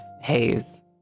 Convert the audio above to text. haze